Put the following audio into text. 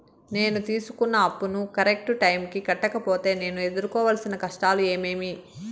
నేను తీసుకున్న అప్పును కరెక్టు టైముకి కట్టకపోతే నేను ఎదురుకోవాల్సిన కష్టాలు ఏమీమి?